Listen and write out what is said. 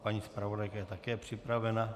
Paní zpravodajka je také připravena.